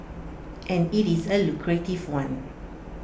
and IT is A lucrative one